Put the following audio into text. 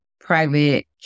private